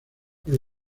los